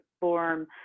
form